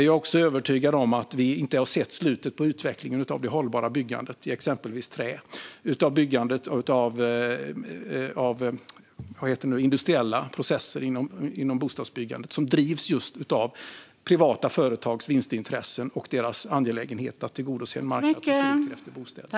Jag är också övertygad om att vi inte har sett slutet på utvecklingen av det hållbara byggandet i exempelvis trä och industriella processer inom bostadsbyggandet som drivs just av privata företags vinstintresse och angelägenhet att tillgodose en marknad som skriker efter bostäder.